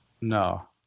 No